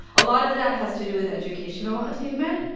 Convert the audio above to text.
a lot of that has to do with educational attainment.